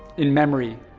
in memory,